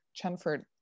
Chenford